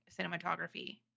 cinematography